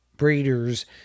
Breeders